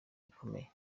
bikomeye